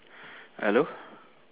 hello